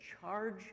charge